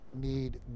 need